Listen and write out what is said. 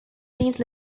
these